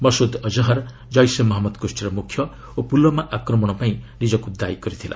ମସୁଦ୍ ଅଜ୍ହର୍ ଜେସେ ମହମ୍ମଦ ଗୋଷ୍ଠୀର ମୁଖ୍ୟ ଓ ପୁଲ୍ୱାମା ଆକ୍ରମଣ ପାଇଁ ନିଜକ୍ତ ଦାୟୀ କରିଥିଲା